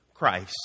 Christ